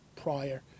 prior